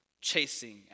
chasing